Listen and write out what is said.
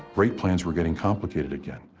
rate plans were getting complicated again.